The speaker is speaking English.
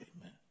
Amen